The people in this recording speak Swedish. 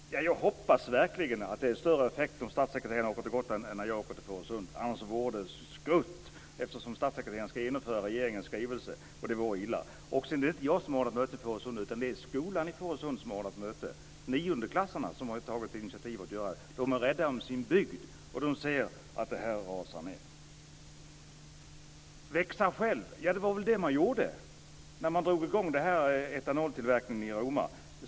Herr talman! Jag hoppas verkligen att det blir större effekt om statssekreteraren åker till Gotland än när jag åker till Fårösund. Annars vore det skrutt, eftersom statssekreteraren ska genomföra regeringens skrivelse. Sedan är det inte jag som har anordnat mötet i Fårösund, utan det är skolan där som har gjort det. Det är niondeklasserna som har tagit initiativet. De är rädda om sin bygd, och de ser att utvecklingen går nedåt. Växa själv, ja, det var väl det man gjorde när man drog i gång etanoltillverkningen i Roma.